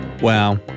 Wow